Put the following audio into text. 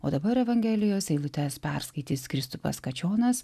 o dabar evangelijos eilutes perskaitys kristupas kačionas